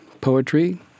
poetry